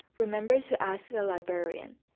remember to ask a librarian.